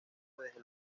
desde